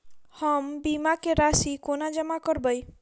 हम बीमा केँ राशि कोना जमा करबै?